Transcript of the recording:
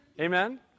Amen